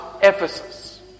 Ephesus